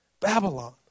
Babylon